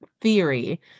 theory